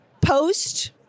post